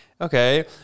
Okay